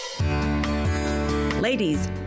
Ladies